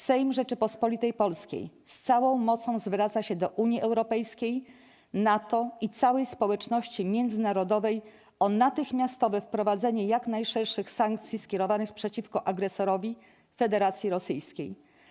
Sejm Rzeczypospolitej Polskiej z całą mocą zwraca się do Unii Europejskiej, NATO i całej społeczności międzynarodowej o natychmiastowe wprowadzenie jak najszerszych sankcji skierowanych przeciwko agresorowi - Federacji Rosyjskiej.